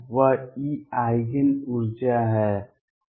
वह E eigen ऊर्जा है